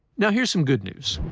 now here's some good news.